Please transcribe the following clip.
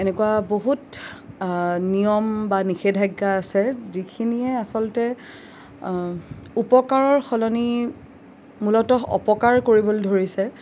এনেকুৱা বহুত নিয়ম বা নিষেধাজ্ঞা আছে যিখিনিয়ে আচলতে উপকাৰৰ সলনি মূলতঃ অপকাৰ কৰিবলৈ ধৰিছে